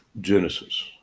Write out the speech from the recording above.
Genesis